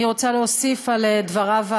אני רוצה להוסיף על דבריו,